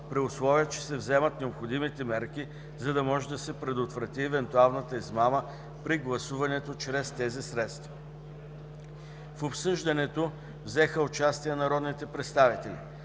при условие че се вземат необходимите мерки, за да може да се предотврати евентуалната измама при гласуването чрез тези средства. В обсъждането взеха участие народните представители